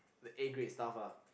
the A grade stuff lah